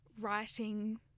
writing